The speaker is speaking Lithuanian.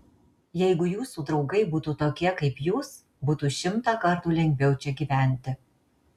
jeigu jūsų draugai būtų tokie kaip jūs būtų šimtą kartų lengviau čia gyventi